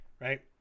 right